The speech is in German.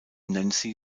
nancy